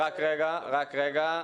רק רגע.